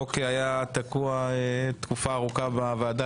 החוק היה תקוע תקופה ארוכה בוועדה